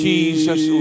Jesus